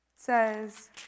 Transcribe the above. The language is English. says